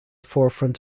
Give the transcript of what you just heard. forefront